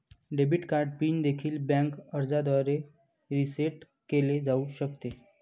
debit card PIN देखील bank अर्जाद्वारे reset केले जाऊ शकते